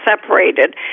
separated